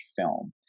film